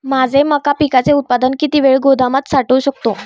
माझे मका पिकाचे उत्पादन किती वेळ गोदामात साठवू शकतो?